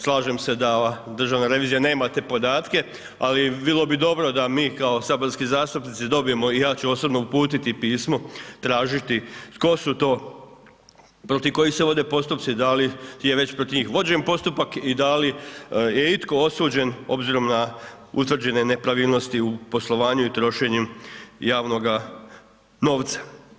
Slažem se da Državna revizija nema te podatke ali bilo bi dobro da mi kao saborski zastupnici dobijemo i ja ću osobno uputiti pismo, tražiti tko su to protiv kojih se vode postupci, da li je već protiv njih vođen postupak i da li je itko osuđen obzirom na utvrđene nepravilnosti u poslovanju i trošenju javnoga novca.